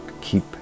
keep